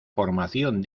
formación